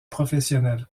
professionnel